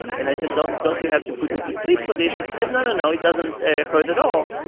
and i said, don't don't you have to put me to sleep for this? and she said, no, no, no, it doesn't hurt at all.